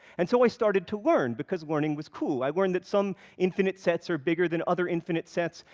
and so i started to learn, because learning was cool. i learned that some infinite sets are bigger than other infinite sets,